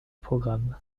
programme